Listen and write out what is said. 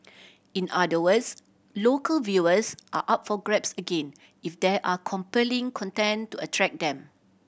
in other words local viewers are up for grabs again if there are compelling content to attract them